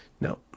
No